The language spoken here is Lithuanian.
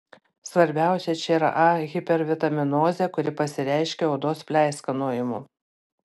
svarbiausia čia yra a hipervitaminozė kuri pasireiškia odos pleiskanojimu